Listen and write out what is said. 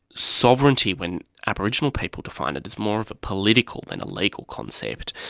sovereignty, when aboriginal people define it, is more of a political than a legal concept.